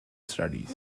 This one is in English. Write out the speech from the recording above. studies